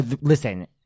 listen